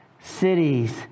cities